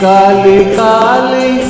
Kali-kali